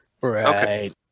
Right